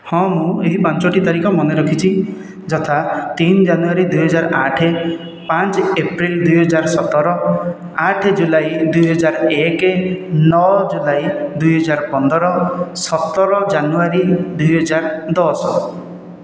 ହଁ ମୁଁ ଏହି ପାଞ୍ଚଟି ତାରିଖ ମାନେ ରଖିଛି ଯଥା ତିନି ଜାନୁଆରୀ ଦୁଇହଜାର ଆଠ ପାଞ୍ଚ ଏପ୍ରିଲ ଦୁଇହଜାର ସତର ଆଠ ଜୁଲାଇ ଦୁଇହଜାର ଏକ ନଅ ଜୁଲାଇ ଦୁଇହଜାର ପନ୍ଦର ସତର ଜାନୁଆରୀ ଦୁଇହଜାର ଦଶ